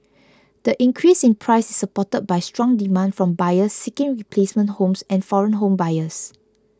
the increase in price is supported by strong demand from buyers seeking replacement homes and foreign home buyers